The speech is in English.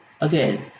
Again